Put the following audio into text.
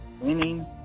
winning